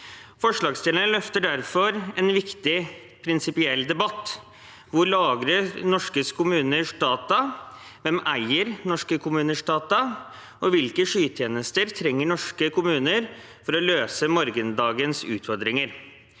Forslagsstillerne løfter derfor en viktig prinsipiell debatt: Hvor lagres norske kommuners data, hvem eier norske kommuners data, og hvilke skytjenester trenger norske kommuner for å løse morgendagens utfordringer?